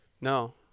No